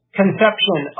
conception